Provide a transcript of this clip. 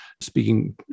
speaking